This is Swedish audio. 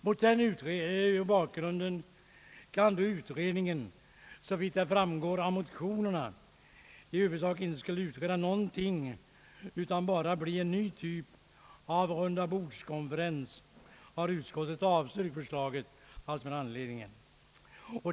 Mot den bakgrunden och då utredningen, såvitt framgår av motionerna, i huvudsak inte skulle utreda någonting utan bara bli en ny typ av rundabordskonferens, har utskottet avstyrkt förslaget.